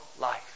life